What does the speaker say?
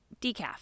Decaf